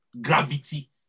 gravity